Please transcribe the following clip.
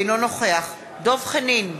אינו נוכח דב חנין,